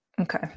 Okay